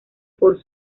por